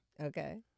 Okay